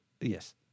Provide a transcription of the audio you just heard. Yes